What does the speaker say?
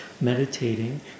meditating